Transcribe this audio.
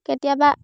কেতিয়াবা